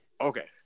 Okay